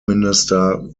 minister